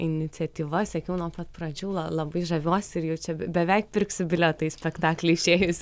iniciatyvą sekiau nuo pat pradžių la labai žaviuosi ir jau čia beveik pirksiu bilietą į spektaklį išėjus